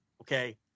okay